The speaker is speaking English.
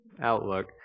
outlook